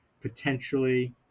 potentially